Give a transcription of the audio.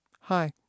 Hi